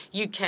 UK